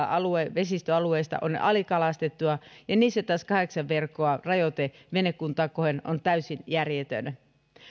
vesistöalueista on alikalastettuja niissä taas kahdeksan verkon rajoite venekuntaa kohden on täysin järjetön